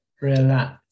relax